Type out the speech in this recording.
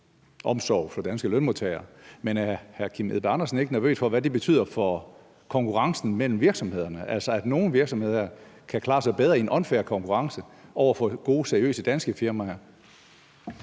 omsorg for danske lønmodtagere, men er hr. Kim Edberg Andersen ikke nervøs for, hvad det betyder for konkurrencen mellem virksomhederne, at nogle virksomheder kan klare sig bedre i en unfair konkurrence over for gode, seriøse danske firmaer?